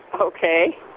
okay